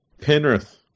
penrith